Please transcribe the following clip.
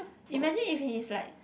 imagine if he's like